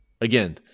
again